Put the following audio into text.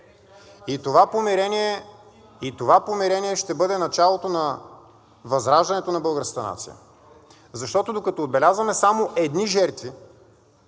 И това помирение ще бъде началото на възраждането на българската нация. Защото, докато отбелязваме само едни жертви,